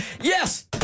Yes